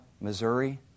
Missouri